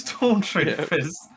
stormtroopers